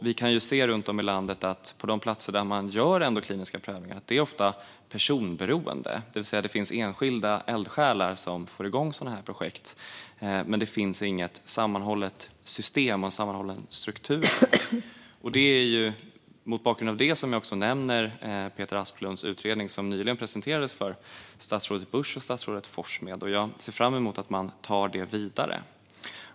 Vi kan se runt om i landet att på de platser där man gör kliniska prövningar är det ofta personberoende, det vill säga att det finns enskilda eldsjälar som får igång sådana här projekt. Men det finns alltså inget sammanhållet system och ingen sammanhållen struktur. Det är mot bakgrund av detta som jag nämner Peter Asplunds utredning, som nyligen presenterades för statsrådet Busch och statsrådet Forssmed. Jag ser fram emot att man tar det vidare.